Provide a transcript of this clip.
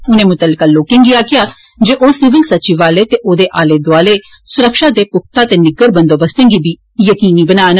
उने मुतलका लोकें गी आक्खेआ जे ओ सिविल सचिवालय ते औदे आले दौआले सुरक्षा दे पुख्ता ते निग्गर बंदोबस्तें गी यकीनी बनान